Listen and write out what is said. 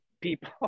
people